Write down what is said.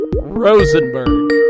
Rosenberg